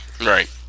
Right